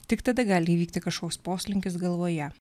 tik tada gali įvykti kažkoks poslinkis galvoje